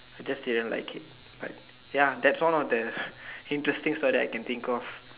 I just didn't like it like ya that's all on this interesting story I can think of